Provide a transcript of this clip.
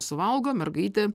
suvalgo mergaitė